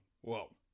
whoa